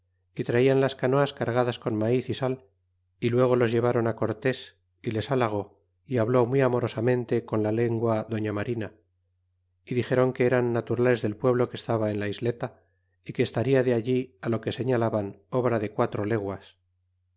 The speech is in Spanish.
y traian las canoas cargadas con maíz y sal y luego los llevron cortés y les halagó y habló muy amorosamente con la lengua doña marina y dixéron que eran naturales del pueblo que estaba en la isleta y que estaria de allí lo que señalaban obra de quatro leguas